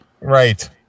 right